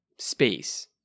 space